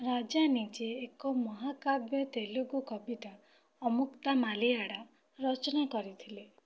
ରାଜା ନିଜେ ଏକ ମହାକାବ୍ୟ ତେଲୁଗୁ କବିତା ଅମୁକ୍ତାମାଲିଆଡ଼ା ରଚନା କରିଥିଲେ